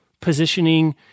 positioning